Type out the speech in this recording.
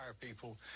people